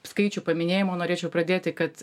skaičių paminėjimų norėčiau pradėti kad